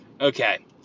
Okay